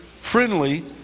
friendly